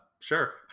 sure